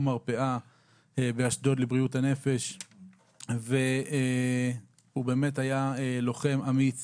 מרפאה באשדוד לבריאות הנפש והוא באמת היה לוחם אמיץ